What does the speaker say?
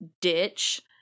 ditch